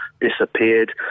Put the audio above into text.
disappeared